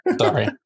Sorry